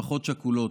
משפחות שכולות,